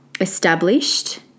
established